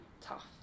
tough